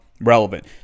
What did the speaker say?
relevant